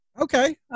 Okay